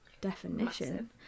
definition